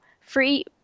free